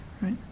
Right